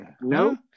No